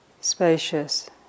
spacious